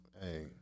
hey